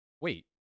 Wait